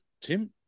Tim